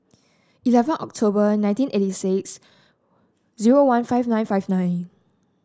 eleven October nineteen eighty six zero one five nine five nine